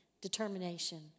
determination